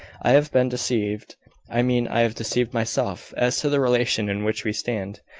i have been deceived i mean i have deceived myself, as to the relation in which we stand.